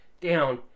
down